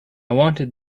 wanted